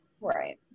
Right